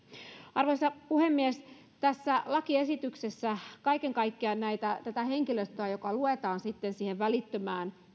arvoisa puhemies tässä lakiesityksessä kaiken kaikkiaan tätä henkilöstöä joka luetaan siihen välittömään